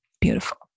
Beautiful